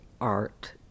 art